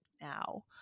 now